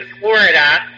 Florida